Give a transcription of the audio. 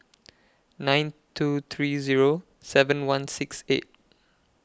nine two three Zero seven one six eight